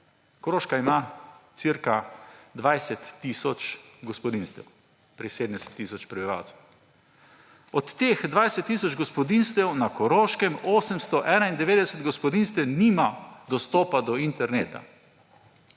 Koroška ima cirka 20 tisoč gospodinjstev pri 70 tisoč prebivalcih. Od teh 20 tisoč gospodinjstev na Koroškem 891 gospodinjstev nima dostopa do interneta.